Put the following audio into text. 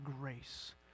grace